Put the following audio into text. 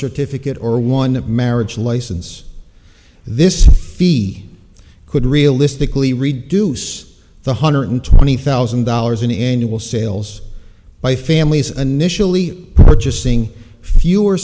certificate or one marriage license this fee could realistically reduce the hundred twenty thousand dollars in annual sales by families initially purchasing fewer